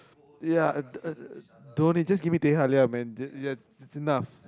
ya I I don't just give me teh halia man yeah yeah it's enough